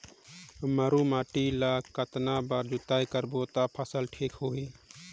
मारू माटी ला कतना बार जुताई करबो ता फसल ठीक होती?